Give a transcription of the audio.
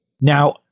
Now